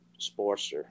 Sportster